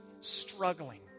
struggling